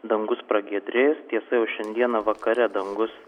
dangus pragiedrės tiesa jau šiandieną vakare dangus